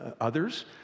others